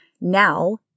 now